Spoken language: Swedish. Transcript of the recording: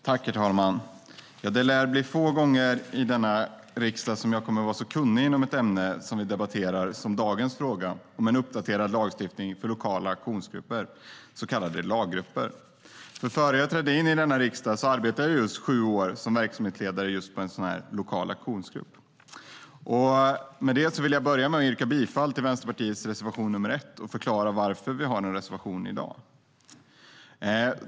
Herr talman! Det lär bli få gånger i denna riksdag som jag kommer att vara så kunnig inom ett ämne som vi debatterar som i dagens fråga om en uppdaterad lagstiftning för lokala aktionsgrupper, så kallade LAG-grupper. Innan jag trädde in i denna riksdag arbetade jag i sju år som verksamhetsledare just i en sådan lokal aktionsgrupp. Lokala aktionsgrupper Jag vill börja med att yrka bifall till Vänsterpartiets reservation nr 1 och förklara varför vi har en reservation i dag.